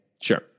Sure